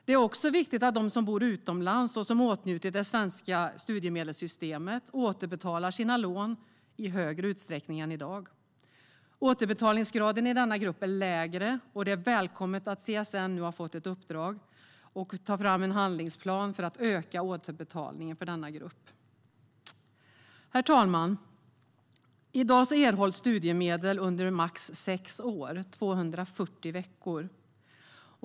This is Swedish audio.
Det är också viktigt att de som bor utomlands och som åtnjutit det svenska studiemedelssystemet återbetalar sina lån i högre utsträckning än i dag. Återbetalningsgraden i denna grupp är lägre, och det är välkommet att CSN nu har fått i uppdrag att ta fram en handlingsplan för att öka återbetalningen i denna grupp. Herr talman! I dag erhålls studiemedel under max sex år, 240 veckor.